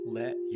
let